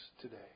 today